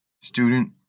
student